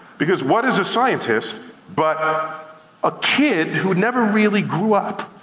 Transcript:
because what is a scientist but ah a kid who had never really grew up.